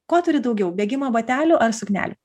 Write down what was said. ko turi daugiau bėgimo batelių ant suknelių